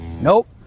Nope